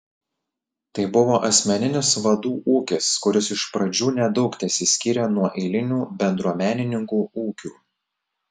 tai buvo asmeninis vadų ūkis kuris iš pradžių nedaug tesiskyrė nuo eilinių bendruomenininkų ūkių